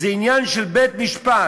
עניין של בית-משפט.